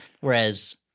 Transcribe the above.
whereas